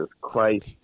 Christ